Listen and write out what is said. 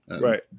Right